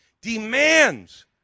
demands